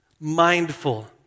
mindful